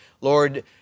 Lord